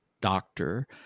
doctor